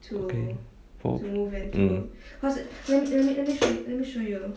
okay four mm